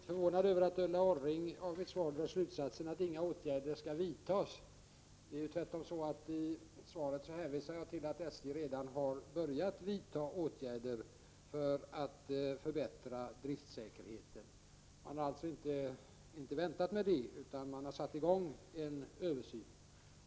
Herr talman! Jag är litet förvånad över att Ulla Orring av mitt svar drar slutsatsen att inga åtgärder skall vidtas. Tvärtom hänvisar jag i svaret till att SJ redan har börjat vidta åtgärder för att förbättra driftsäkerheten. Man har alltså inte väntat med det, utan man har satt i gång en översyn.